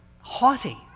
haughty